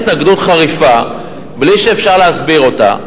אבל יש התנגדות חריפה בלי שאפשר להסביר אותה.